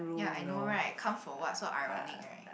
ya I know right come for what so ironic right